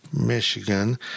Michigan